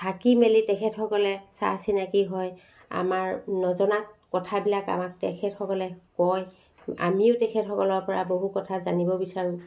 থাকি মেলি তেখেতসকলে চা চিনাকী হয় আমাৰ নজনা কথাবিলাক আমাক তেখেতবিলাকে কয় আমিও তেখেতসকলৰপৰা বহু কথা জানিব বিচাৰোঁ